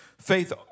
Faith